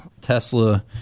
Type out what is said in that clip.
Tesla